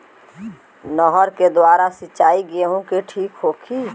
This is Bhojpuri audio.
नहर के द्वारा सिंचाई गेहूँ के ठीक होखि?